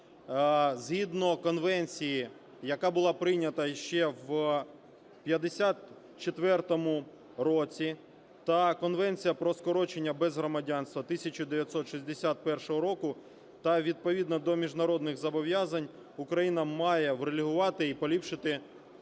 Згідно конвенції, яка була прийнята ще в 54-му році, та Конвенції про скорочення безгромадянства 1961 року, та відповідно до міжнародних зобов'язань Україна має врегулювати і поліпшити статус